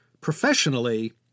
professionally